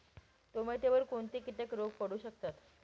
टोमॅटोवर कोणते किटक रोग पडू शकतात?